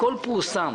הכול פורסם,